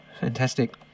Fantastic